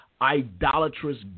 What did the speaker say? idolatrous